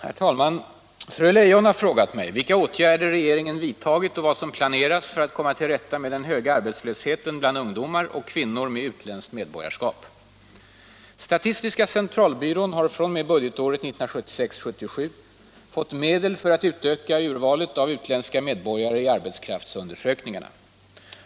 Herr talman! Fru Leijon har frågat mig vilka åtgärder regeringen vidtagit och vad som planeras för att komma till rätta med den höga arbetslösheten bland ungdomar och kvinnor med utländskt medborgarskap. Statistiska centralbyrån har fr.o.m. budgetåret 1976/77 fått medel för att utöka urvalet av utländska medborgare i arbetskraftsundersökningarna.